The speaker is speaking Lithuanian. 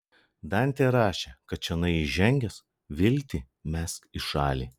dantė rašė kad čionai įžengęs viltį mesk į šalį